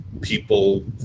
people